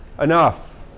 enough